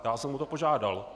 Já jsem o to požádal.